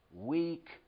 weak